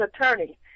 attorney